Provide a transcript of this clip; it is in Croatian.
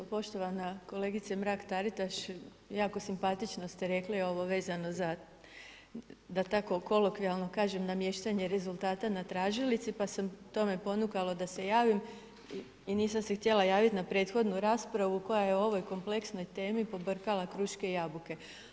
Poštovana kolegice Mrak-Taritaš, jako simpatično ste rekli ovo vezano za da tako kolokvijalno kažem, namještanje rezultata na tražilici pa me to ponukalo da se javim i nisam se htjela javiti na prethodnu raspravu koja je u ovoj kompleksnoj temi pobrkala kruške i jabuke.